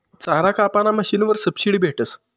चारा कापाना मशीनवर सबशीडी भेटस